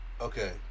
okay